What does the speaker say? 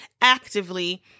actively